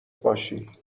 باشی